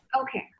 Okay